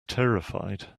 terrified